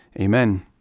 Amen